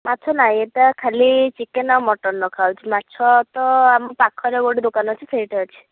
ମାଛ ନାହିଁ ଏଇଟା ଖାଲି ଚିକେନ୍ ଆଉ ମଟନ୍ ରଖାହେଉଛି ମାଛ ତ ଆମ ପାଖରେ ଗୋଟେ ଦୋକାନ ଅଛି ସେଇଠି ଅଛି